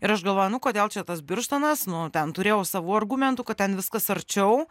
ir aš galvoju nu kodėl čia tas birštonas nu ten turėjau savų argumentų kad ten viskas arčiau